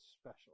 special